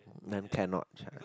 then cannot check